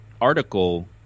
article